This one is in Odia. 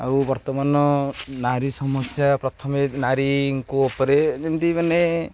ଆଉ ବର୍ତ୍ତମାନ ନାରୀ ସମସ୍ୟା ପ୍ରଥମେ ନାରୀଙ୍କ ଉପରେ ଯେମିତି ମାନେ